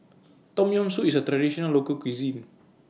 Tom Yam Soup IS A Traditional Local Cuisine